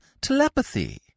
telepathy